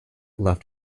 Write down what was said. left